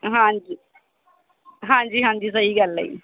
ਹਾਂਜੀ ਹਾਂਜੀ ਹਾਂਜੀ ਸਹੀ ਗੱਲ ਆ ਜੀ